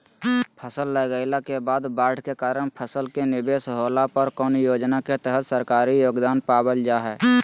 फसल लगाईला के बाद बाढ़ के कारण फसल के निवेस होला पर कौन योजना के तहत सरकारी योगदान पाबल जा हय?